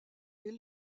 est